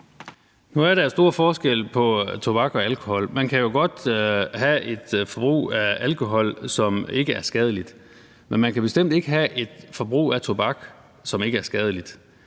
Nu er der jo stor forskel på tobak og alkohol. Man kan jo godt have et forbrug af alkohol, som ikke er skadeligt. Men man kan bestemt ikke have et forbrug af tobak, som ikke er skadeligt,